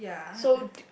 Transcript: so